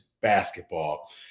basketball